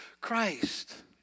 Christ